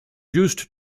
used